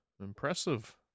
impressive